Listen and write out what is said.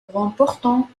remportant